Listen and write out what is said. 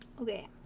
Okay